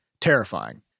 terrifying